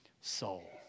soul